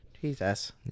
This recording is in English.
Jesus